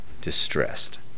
distressed